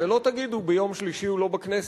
הרי לא תגידו: ביום שלישי הוא לא בכנסת,